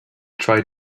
tried